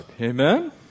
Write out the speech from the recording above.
Amen